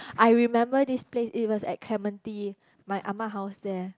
I remember this place it was at clementi my ah ma house there